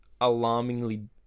alarmingly